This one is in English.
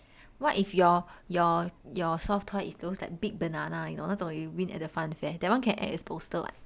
what if your your your soft toy is those like big banana you know 那种 you win at the funfair that one can act as bolster [what]